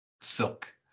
Silk